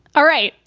all right.